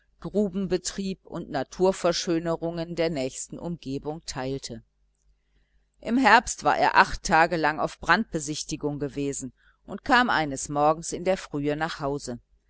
grubenbetrieb und naturverschönerungen der nächsten umgebung teilte im herbst war er acht tage lang auf brandbesichtigung gewesen und kam eines morgens in der frühe nach hause